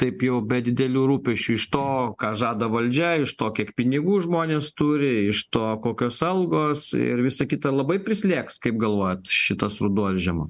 taip jau be didelių rūpesčių iš to ką žada valdžia iš to kiek pinigų žmonės turi iš to kokios algos ir visa kita labai prislėgs kaip galvojat šitas ruduo žiema